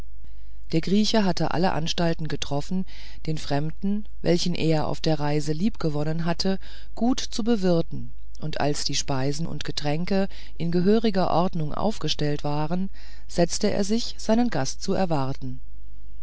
der grieche hatte alle anstalten getroffen den fremden welchen er auf der reise liebgewonnen hatte gut zu bewirten und als die speisen und getränke in gehöriger ordnung aufgestellt waren setzte er sich seinen gast zu erwarten